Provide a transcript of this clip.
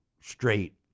straight